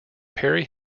perry